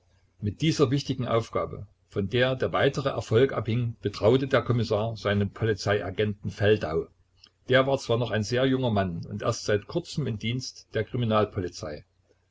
mit dieser wichtigen aufgabe von der der weitere erfolg abhing betraute der kommissar seinen polizeiagenten feldau der war zwar noch ein sehr junger mann und erst seit kurzem im dienst der kriminalpolizei